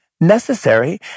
necessary